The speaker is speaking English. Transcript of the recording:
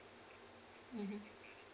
mmhmm